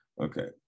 okay